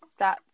Stats